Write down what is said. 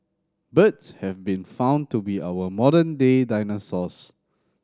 birds have been found to be our modern day dinosaurs